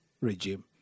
regime